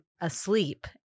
asleep